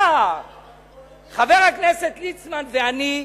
חבר הכנסת ליצמן ואני,